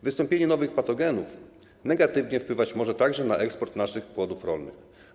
Wystąpienie nowych patogenów może negatywnie wpływać także na eksport naszych płodów rolnych.